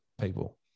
people